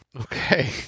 Okay